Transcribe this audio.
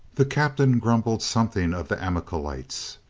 the captain grumbled something of the amalekites.